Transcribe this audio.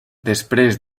després